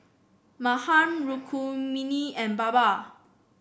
Mahan Rukmini and Baba